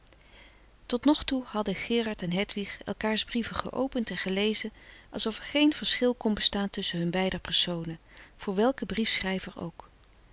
tot nog toe hadden gerard en hedwig elkaars brieven geopend en gelezen alsof er geen verschil kon bestaan tusschen hun beider personen voor welken briefschrijver ook